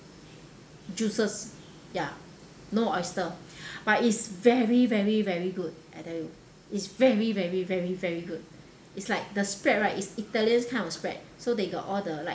juices ya no oyster but it's very very very good I tell you is very very very very good is like the spread right is italian kind of spread so they got all the like